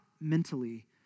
mentally